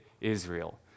Israel